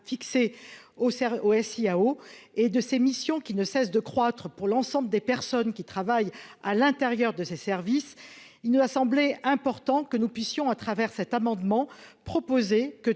au SIAO et de ses missions, qui ne cesse de croître pour l'ensemble des personnes qui travaillent à l'intérieur de ces services, il nous a semblé important que nous puissions à travers cet amendement proposé que